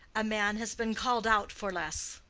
a man has been called out for less.